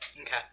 Okay